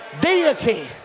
Deity